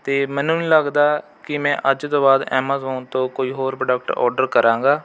ਅਤੇ ਮੈਨੂੰ ਨਹੀਂ ਲੱਗਦਾ ਕਿ ਮੈਂ ਅੱਜ ਤੋਂ ਬਾਅਦ ਐਮਾਜ਼ੋਨ ਤੋਂ ਕੋਈ ਹੋਰ ਪ੍ਰੋਡਕਟ ਓਰਡਰ ਕਰਾਂਗਾ